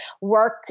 work